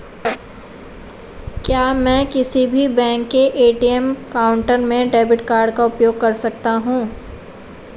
क्या मैं किसी भी बैंक के ए.टी.एम काउंटर में डेबिट कार्ड का उपयोग कर सकता हूं?